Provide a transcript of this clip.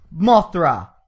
Mothra